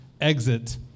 exit